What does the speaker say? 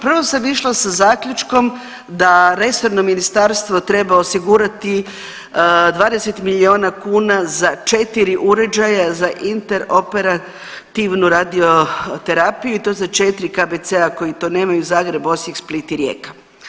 Prvo sam išla sa zaključkom da resorno ministarstvo treba osigurati 20 milijuna kuna za četiri uređaja za interoperativnu radioterapiju i to za četiri KBC-a koji to nemaju i to Zagreb, Osijek, Split i Rijeka.